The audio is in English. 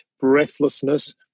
breathlessness